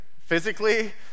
Physically